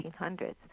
1800s